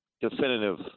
definitive